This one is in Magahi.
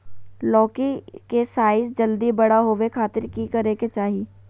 लौकी के साइज जल्दी बड़ा होबे खातिर की करे के चाही?